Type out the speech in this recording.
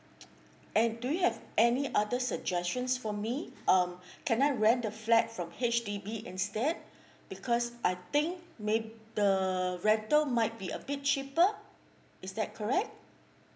and do you have any other suggestions for me um can I rent the flat from H_D_B instead because I think maybe the rental might be a bit cheaper is that correct